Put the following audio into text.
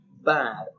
bad